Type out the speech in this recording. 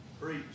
Preach